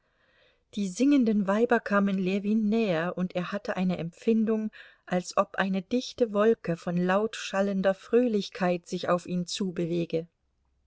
die singenden weiber kamen ljewin näher und er hatte eine empfindung als ob eine dichte wolke von laut schallender fröhlichkeit sich auf ihn zu bewege